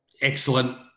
excellent